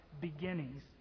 Beginnings